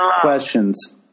questions